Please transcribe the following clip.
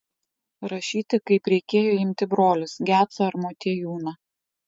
rašyti kaip reikėjo imti brolius gecą ar motiejūną